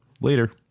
Later